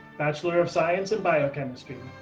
bachelor of science in biochemistry.